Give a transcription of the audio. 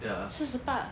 四十八